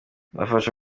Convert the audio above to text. nafashe